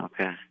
okay